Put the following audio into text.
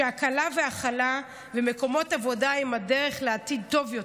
שהקלה והכלה ומקומות עבודה הם הדרך לעתיד טוב יותר,